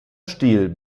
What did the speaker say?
stil